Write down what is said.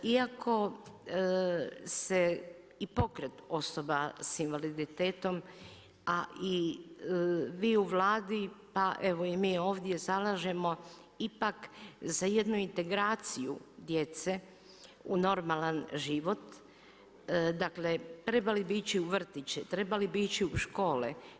Iako se i pokret osoba sa invaliditetom, a i vi u Vladi, pa evo i mi ovdje zalažemo ipak za jednu integraciju djece u normalan život, dakle trebali bi ići u vrtić, trebali bi ići u škole.